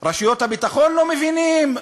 רשויות הביטחון לא מבינות.